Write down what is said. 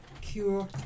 cure